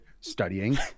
studying